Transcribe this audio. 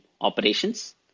operations